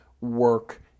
work